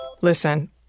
Listen